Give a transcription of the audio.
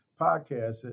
podcast